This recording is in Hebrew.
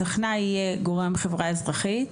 הטכנאי יהיה גורם חברה אזרחית.